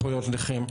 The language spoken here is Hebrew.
זכויות נכים.